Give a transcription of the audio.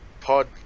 pod